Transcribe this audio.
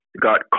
got